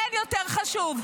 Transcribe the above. אין יותר חשוב.